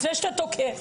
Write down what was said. לפני שאתה תוקף.